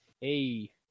hey